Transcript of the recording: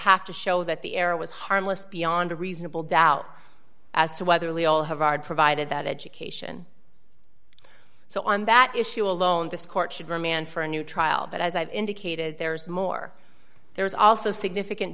have to show that the error was harmless beyond a reasonable doubt as to whether we all have our provided that education so on that issue alone this court should remain for a new trial but as i've indicated there is more there is also significant